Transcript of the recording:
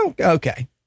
okay